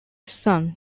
son